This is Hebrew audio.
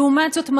לעומת זאת,